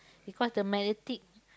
because the magnetic